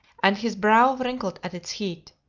and his brow wrinkled at its heat.